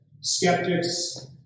skeptics